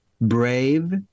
Brave